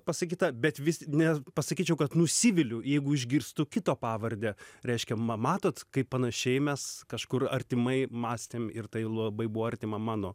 pasakytą bet vis ne pasakyčiau kad nusiviliu jeigu išgirstu kito pavardę reiškia matot kaip panašiai mes kažkur artimai mąstėm ir tai labai buvo artima mano